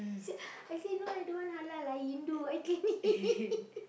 he say I say no lah I don't want halal lah I Hindu I can